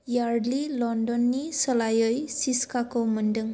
यार्डलि लन्दननि सोलायै सिस्काखौ मोन्दों